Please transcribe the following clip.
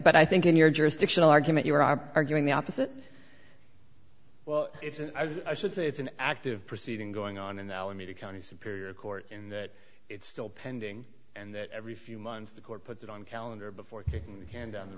but i think in your jurisdictional argument you are arguing the opposite well it's and i should say it's an active proceeding going on in alameda county superior court in that it's still pending and that every few months the court put it on calendar before kicking the can down the